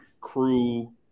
crew